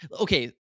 Okay